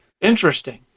Interesting